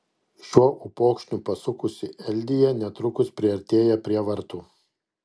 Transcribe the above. šiuo upokšniu pasukusi eldija netrukus priartėja prie vartų